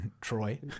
Troy